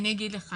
אני אגיד לך.